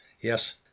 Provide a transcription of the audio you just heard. Yes